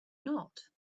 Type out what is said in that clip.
not